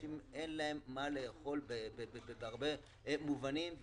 לאנשים אין מה לאכול בהרבה מובנים.